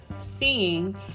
seeing